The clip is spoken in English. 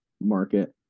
Market